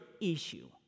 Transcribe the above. issue